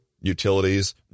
utilities